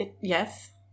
yes